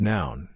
Noun